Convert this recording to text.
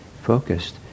focused